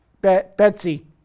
Betsy